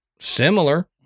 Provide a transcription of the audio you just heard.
similar